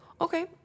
okay